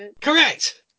Correct